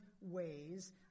ways